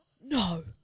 No